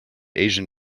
asian